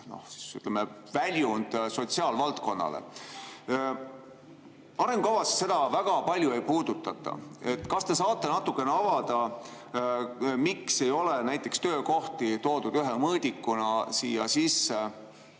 üks arvestatav väljund sotsiaalvaldkonnale. Arengukavas seda väga palju ei puudutata. Kas te saate natukene avada, miks ei ole näiteks töökohti toodud ühe mõõdikuna siia sisse?